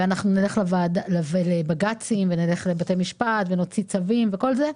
אנחנו נלך לבג"צים ונלך לבתי משפט ונוציא צווים וכל זה,